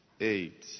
eight